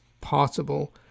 possible